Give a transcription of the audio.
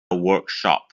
workshop